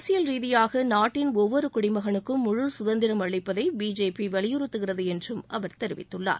அரசியல் ரீதியாக நாட்டின் ஒவ்வொரு குடிமகனுக்கும் முழு குதந்திரம் அளிப்பதை பிஜேபி வலியுறுத்துகிறது என்றும் அவர் தெரிவித்துள்ளார்